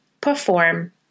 perform